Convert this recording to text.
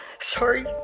Sorry